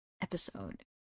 episode